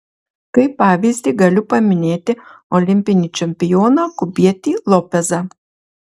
kaip pavyzdį galiu paminėti olimpinį čempioną kubietį lopezą